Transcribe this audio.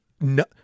no